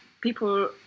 people